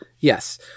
Yes